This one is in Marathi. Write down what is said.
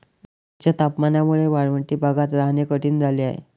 उच्च तापमानामुळे वाळवंटी भागात राहणे कठीण झाले आहे